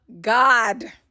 God